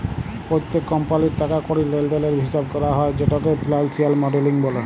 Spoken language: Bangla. প্যত্তেক কমপালির টাকা কড়ির লেলদেলের হিচাব ক্যরা হ্যয় যেটকে ফিলালসিয়াল মডেলিং ব্যলে